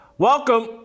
Welcome